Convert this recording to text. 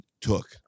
took